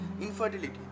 Infertility